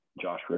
Josh